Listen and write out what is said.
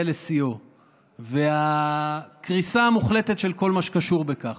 לשיאו והקריסה המוחלטת של כל מה שקשור בכך.